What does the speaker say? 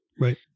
Right